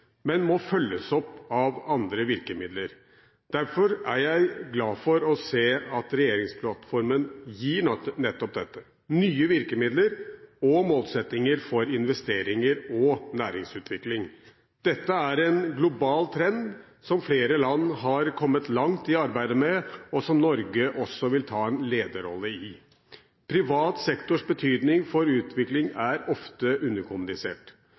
men må følges opp av andre virkemidler. Derfor er jeg glad for å se at regjeringsplattformen gir nettopp dette – nye virkemidler og målsettinger for investeringer og næringsutvikling. Dette er en global trend som flere land har kommet langt i arbeidet med, og som Norge også vil ta en lederrolle i. Privat sektors betydning for utvikling er ofte underkommunisert.